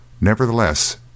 Nevertheless